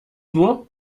nur